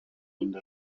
kandi